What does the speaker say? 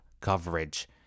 coverage